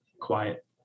quiet